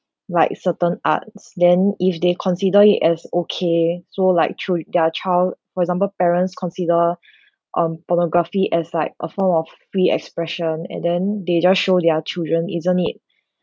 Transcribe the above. like certain arts then if they consider it as okay so like through it their child for example parents consider on pornography as like a form of free expression and then they just show their children isn't it